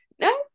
no